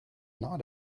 not